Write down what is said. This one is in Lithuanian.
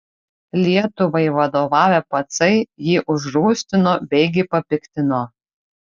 lietuvai vadovavę pacai jį užrūstino beigi papiktino